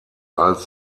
als